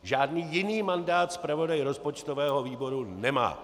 Žádný jiný mandát zpravodaj rozpočtového výboru nemá.